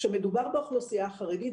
כשמדובר באוכלוסייה החרדית,